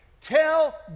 Tell